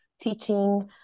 teaching